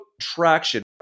Traction